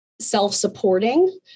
self-supporting